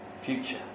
future